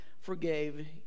forgave